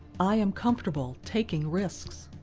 i am comfortable taking risks.